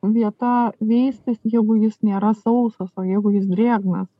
vieta veistis jeigu jis nėra sausas o jeigu jis drėgna